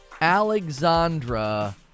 Alexandra